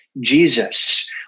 Jesus